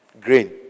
grain